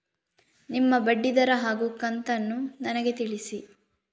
ನಿಮ್ಮ ಬಡ್ಡಿದರ ಹಾಗೂ ಕಂತನ್ನು ನನಗೆ ತಿಳಿಸಿ?